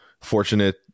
fortunate